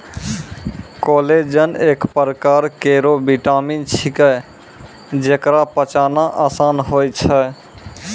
collagen एक परकार केरो विटामिन छिकै, जेकरा पचाना आसान होय छै